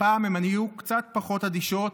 הפעם הן היו קצת פחות אדישות